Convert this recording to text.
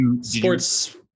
Sports